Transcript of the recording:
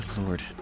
lord